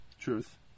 Truth